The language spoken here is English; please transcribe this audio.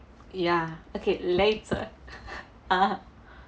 ya okay later ah